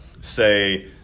say